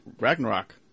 Ragnarok